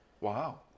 Wow